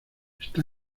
está